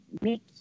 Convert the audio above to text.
make